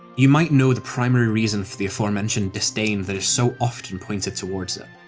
you might know the primary reason for the aforementioned disdain that is so often pointed towards it.